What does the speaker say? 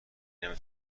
نمی